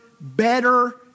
better